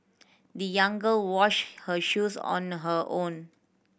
the young girl wash her shoes on her own